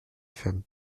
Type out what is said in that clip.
femme